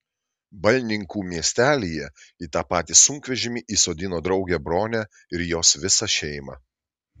balninkų miestelyje į tą patį sunkvežimį įsodino draugę bronę ir jos visą šeimą